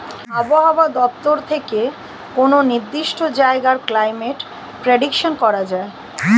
আবহাওয়া দপ্তর থেকে কোনো নির্দিষ্ট জায়গার ক্লাইমেট প্রেডিকশন করা যায়